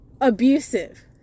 abusive